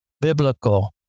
biblical